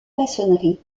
maçonnerie